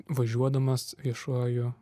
važiuodamas viešuoju